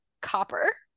copper